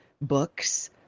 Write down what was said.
books